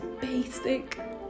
basic